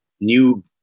new